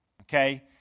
okay